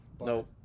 Nope